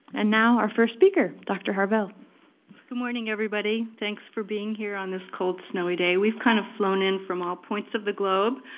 and now our first speaker, dr harvell. good morning everybody, thanks for being here on this cold snowy day. we have kind of flown in from all points of the globe.